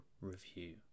review